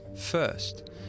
first